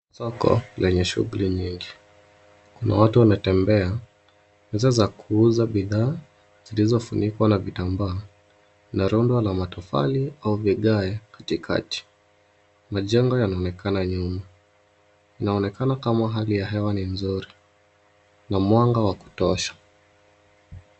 Soko lenye shughuli nyingi. Kuna watu wanatembea ni za kuuza bidhaa zilizofunikwa na vitambaa na rundo la matofali au vigae katikati. Majengo yanaonekana nyuma. Inaonekana kama hali ya hewa ni nzuri na mwanga wa kutosha.